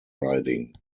riding